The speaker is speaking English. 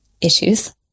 issues